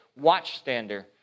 watchstander